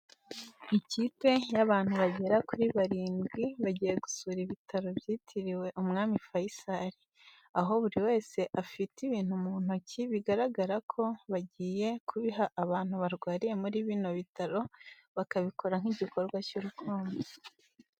Ikipe y'abantu bagera kuri barindwi, bagiye gusura ibitaro byitiriwe umwami Fayisali, aho buri wese afite ibintu mu ntoki, bigaragara ko bagiye kubiha abantu barwariye muri bino bitaro, bakabikora nk'igikorwa cy'urukundo.